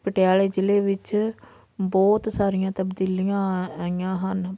ਪਟਿਆਲੇ ਜ਼ਿਲ੍ਹੇ ਵਿੱਚ ਬਹੁਤ ਸਾਰੀਆਂ ਤਬਦੀਲੀਆਂ ਆ ਆਈਆਂ ਹਨ